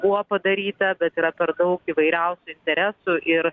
buvo padaryta bet yra per daug įvairiausių interesų ir